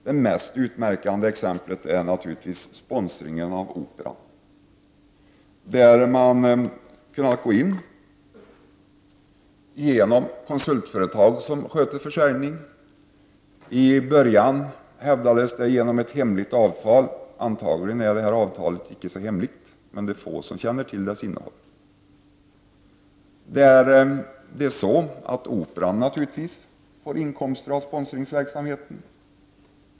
Det mest utmärkande exemplet är naturligtvis sponsringen av Operan. Man har kunnat köpa in sig genom ett konsultföretag som sköter försäljningen. Det hävdades i början att avtalet med konsultföretaget var hemligt. Antagligen är icke detta avtal så hemligt, men det är få som känner till dess innehåll. Operan får naturligtvis inkomster från sponsringsverksamheten.